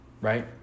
right